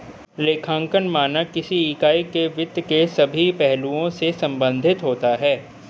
लेखांकन मानक किसी इकाई के वित्त के सभी पहलुओं से संबंधित होता है